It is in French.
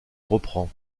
reprend